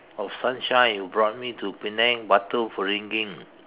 of sunshine who brought me to Penang Batu-Ferringhi